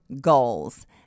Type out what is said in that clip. goals